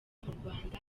rwanda